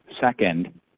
Second